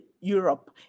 Europe